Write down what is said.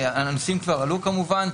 הנושאים כבר עלו, כמובן.